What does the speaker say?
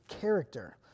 character